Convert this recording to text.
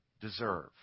deserve